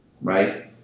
Right